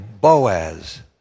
Boaz